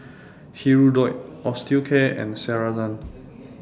Hirudoid Osteocare and Ceradan